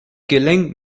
killing